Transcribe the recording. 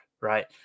right